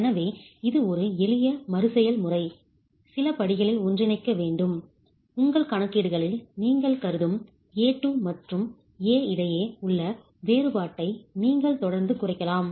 எனவே இது ஒரு எளிய மறுசெயல் முறை சில படிகளில் ஒன்றிணைக்க வேண்டும் உங்கள் கணக்கீடுகளில் நீங்கள் கருதும் a2 மற்றும் a இடையே உள்ள வேறுபாட்டை நீங்கள் தொடர்ந்து குறைக்கலாம்